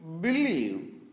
believe